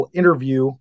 interview